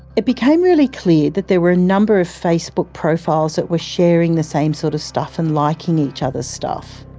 it became really clear that there were a number of facebook profiles that were sharing the same sort of stuff and liking each other's stuff.